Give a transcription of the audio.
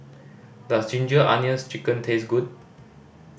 does Ginger Onions Chicken taste good